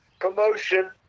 promotion